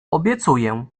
obiecuję